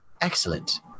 Excellent